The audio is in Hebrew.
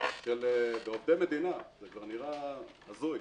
של עובדי המדינה הזוי,